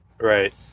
Right